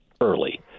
early